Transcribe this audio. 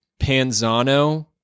Panzano